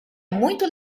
muito